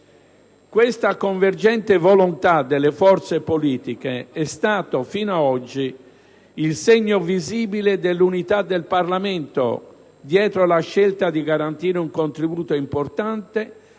Questa convergente volontà delle forze politiche è stata fino ad oggi il segno visibile dell'unità del Parlamento dietro la scelta di garantire un contributo importante,